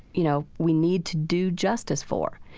you know, we need to do justice for,